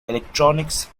electronics